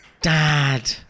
Dad